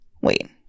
wait